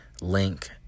link